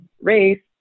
race